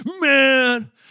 man